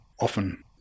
often